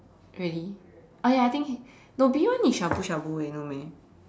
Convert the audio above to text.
really oh ya I think no B one is shabu-shabu eh no meh